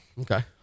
okay